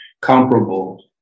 comparable